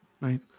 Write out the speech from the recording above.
Right